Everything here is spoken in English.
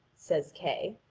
says kay,